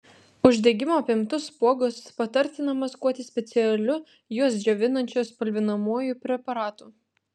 uždegimo apimtus spuogus patartina maskuoti specialiu juos džiovinančiu spalvinamuoju preparatu